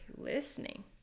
listening